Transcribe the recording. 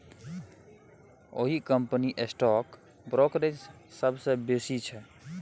ओहि कंपनीक stock brokerage सबसँ बेसी छै